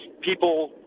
people